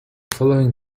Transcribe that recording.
following